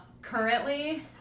currently